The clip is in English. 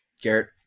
Garrett